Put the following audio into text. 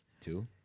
Two